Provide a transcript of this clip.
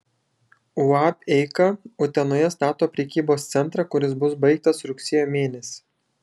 uab eika utenoje stato prekybos centrą kuris bus baigtas rugsėjo mėnesį